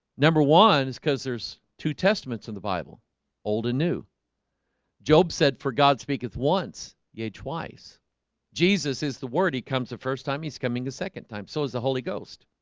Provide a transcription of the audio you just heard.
number one is cuz there's two testaments in the bible old and new job said for god speaketh, once yeh twice jesus is the word he comes the first time he's coming the second time. so is the holy ghost